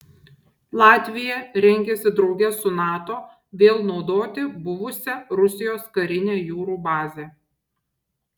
latvija rengiasi drauge su nato vėl naudoti buvusią rusijos karinę jūrų bazę